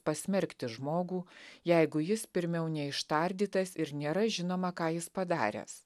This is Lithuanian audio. pasmerkti žmogų jeigu jis pirmiau neištardytas ir nėra žinoma ką jis padaręs